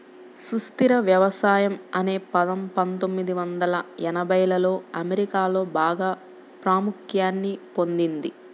సుస్థిర వ్యవసాయం అనే పదం పందొమ్మిది వందల ఎనభైలలో అమెరికాలో బాగా ప్రాముఖ్యాన్ని పొందింది